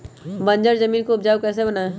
बंजर जमीन को उपजाऊ कैसे बनाय?